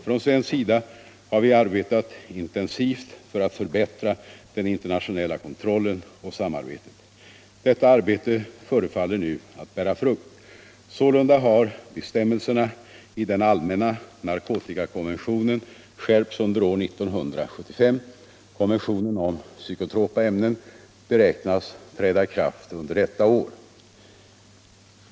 Från svensk sida har vi arbetat intensivt för att förbättra den internationella kontrollen och samarbetet. Detta arbete förefaller nu att bära frukt. Sålunda har bestämmelserna i den allmänna narkotikakonventionen skärpts under år 1975. Konventionen om psykotropa ämnen beräknas träda i kraft under detta år.